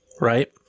right